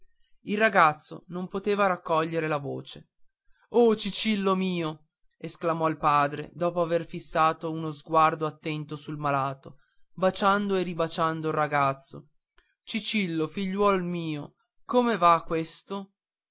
il ragazzo non poteva raccogliere la voce oh cicillo mio esclamò il padre dopo aver fissato uno sguardo attento sul malato baciando e ribaciando il ragazzo cicillo figliuol mio come va questo